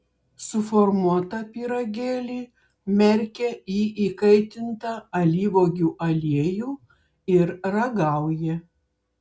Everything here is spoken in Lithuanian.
suformuotą pyragėlį merkia į įkaitintą alyvuogių aliejų ir ragauja